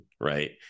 Right